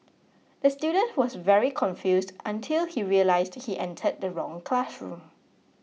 the student was very confused until he realised he entered the wrong classroom